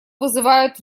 вызывает